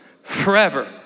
forever